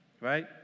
right